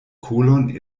kolon